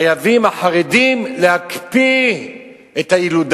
חייבים החרדים להקפיא את הילודה.